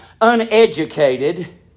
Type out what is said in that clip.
uneducated